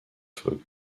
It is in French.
fogg